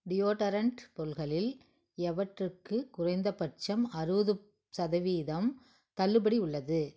deodorant பொருட்களில் எவற்றுக்கு குறைந்தபட்சம் அறுபது சதவீதம் தள்ளுபடி உள்ளது